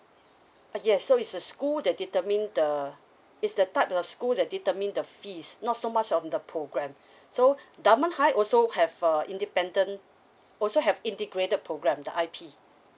yes so it's the school that determines the it's the type of school that determine the fees not so much of the program so government high also have a independent also have integrated program the I_P